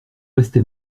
rester